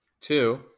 Two